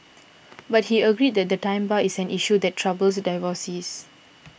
but he agreed that the time bar is an issue that troubles divorcees